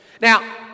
Now